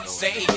say